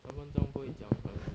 三分钟不会讲很